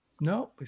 no